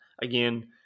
again